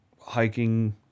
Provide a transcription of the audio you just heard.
Hiking